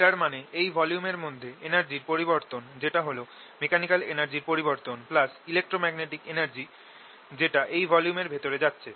এটার মানে এই ভলিউমের মধ্যে এনার্জির পরিবর্তন যেটা হল মেকানিকাল এনার্জির পরিবর্তন প্লাস ইলেক্ট্রোম্যাগনেটিক এনার্জি যেটা এই ভলিউমের ভেতর যাচ্ছে